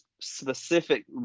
specific